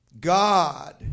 God